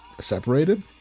separated